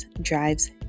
drives